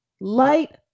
Light